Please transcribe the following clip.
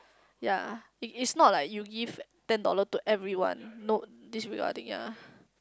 ya it is not like you give ten dollar to everyone no this will I think ya